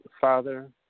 Father